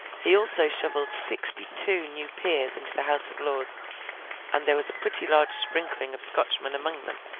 he also shovelled sixty-two new peers into the house of lords and there was a pretty large sprinkling of scotchmen among them,